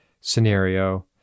scenario